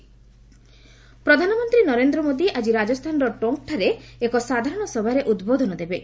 PM Tonk ପ୍ରଧାନମନ୍ତ୍ରୀ ନରେନ୍ଦ୍ର ମୋଦି ଆଜି ରାଜସ୍ଥାନର ଟୋଙ୍କ୍ଠାରେ ଏକ ସାଧାରଣ ସଭାରେ ଉଦ୍ବୋଧନ ଦେବେ